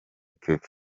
kevin